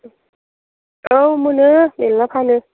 औ मोनो मेरला फानो